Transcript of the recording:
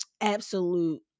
absolute